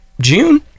June